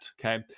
Okay